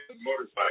motorcycle